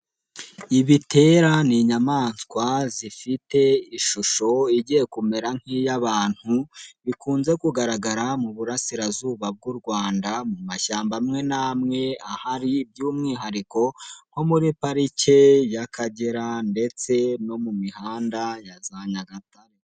Ibitera ni inyamaswa zifite ishusho igiye kumera nk'iy'abantu, bikunze kugaragara mu burasirazuba bw'u Rwanda mu mashyamba amwe n'amwe ahari, by'umwihariko nko muri parike y'Akagera ndetse no mu mihanda ya za Nyagatare.